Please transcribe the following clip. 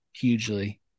hugely